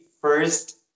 first